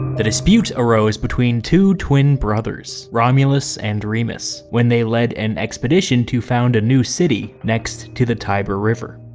the dispute arose between two twin brothers, romulus and remus, when they lead an expedition to found a new city next to the tiber river.